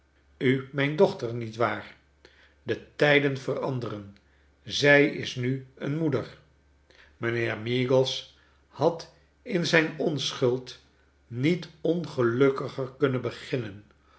u mijn dochter nietwaar de tijden veranderen ij is nu een moeder mijnheer meagles had in zijn onschuld niet ongelukkiger kunnen beginnen